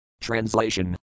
Translation